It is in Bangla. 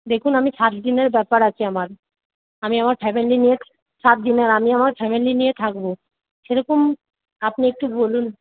দেখুন আমি সাতদিনের ব্যাপার আছে আমার আমি আমার ফ্যামিলি নিয়ে সাতদিনের আমি আমার ফ্যামিলি নিয়ে থাকব সেরকম আপনি একটু বলুন